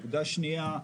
נקודה שנייה.